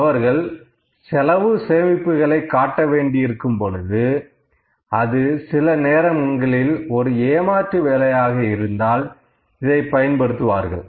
அவர்கள் செலவு சேமிப்புகளை காட்ட வேண்டி இருக்கும் பொழுது அது சில நேரங்களில் ஒரு ஏமாற்று வேலையாக இருந்தால் இதைப் பயன்படுத்துவார்கள்